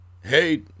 hey